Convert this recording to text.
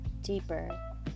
Deeper